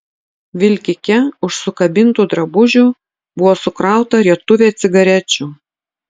vilkike už sukabintų drabužių buvo sukrauta rietuvė cigarečių